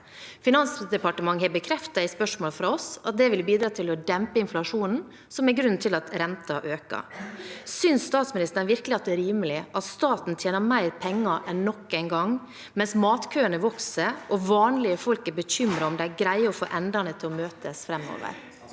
Finansdepartementet har bekreftet, på spørsmål fra oss, at det ville bidratt til å dempe inflasjonen, som er grunnen til at renten øker. Synes statsministeren virkelig at det er rimelig at staten tjener mer penger enn noen gang, mens matkøene vokser og vanlige folk er bekymret for om de greier å få endene til å møtes framover?